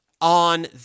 on